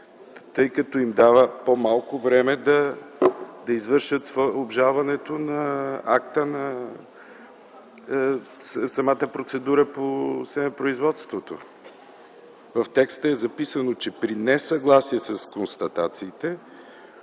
тъй като им дава по-малко време да извършат обжалването на акта на самата процедура по семепроизводството. В текста е записано, че при несъгласие с констатациите